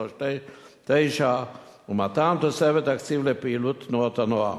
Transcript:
שלוש תשע ומתן תוספת תקציב לפעילות תנועות הנוער.